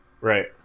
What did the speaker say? Right